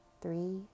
three